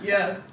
Yes